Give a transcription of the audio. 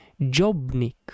Jobnik